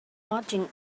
lodging